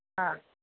हा